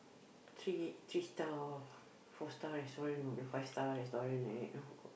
three three star or four star restaurant or the five star restaurant right